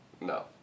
No